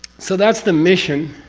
so that's the mission.